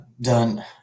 done